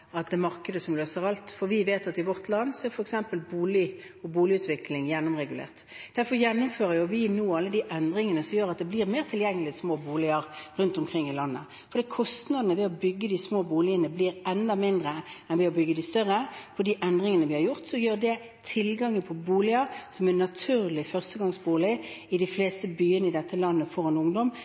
at det er markedet som løser alt, for vi vet at i vårt land er f.eks. det som går på bolig og boligutvikling, gjennomregulert. Derfor gjennomfører vi nå alle de endringene som gjør at små boliger blir mer tilgjengelig rundt omkring i landet. Fordi kostnadene ved å bygge de små boligene blir enda mindre enn ved å bygge de større – på grunn av endringene vi har gjort – blir tilgangen på boliger som er en naturlig førstegangsbolig i de fleste byene i dette landet for en ungdom,